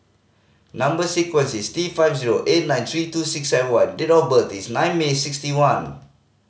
number sequence is T five zero eight nine three two six and one date of birth is nine May sixty one